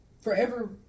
forever